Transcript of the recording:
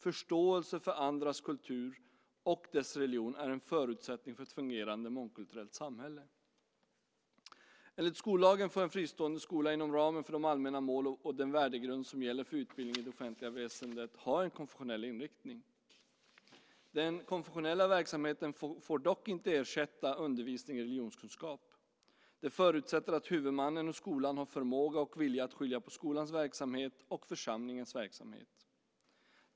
Förståelse för andras kultur och religion är en förutsättning för ett fungerande mångkulturellt samhälle. Enligt skollagen får en fristående skola, inom ramen för de allmänna mål och den värdegrund som gäller för utbildning i det offentliga skolväsendet, ha en konfessionell inriktning. Den konfessionella verksamheten får dock inte ersätta undervisning i religionskunskap. Det förutsätter att huvudmannen och skolan har förmåga och vilja att skilja på skolans verksamhet och församlingens verksamhet.